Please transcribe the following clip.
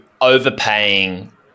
overpaying